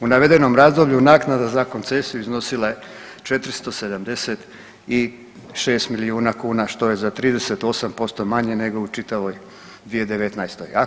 U navedenom razdoblju naknada za koncesiju iznosila je 476 milijuna kuna što je za 38% manje nego u čitavoj 2019.